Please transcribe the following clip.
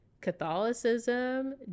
Catholicism